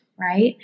right